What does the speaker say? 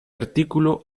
artículo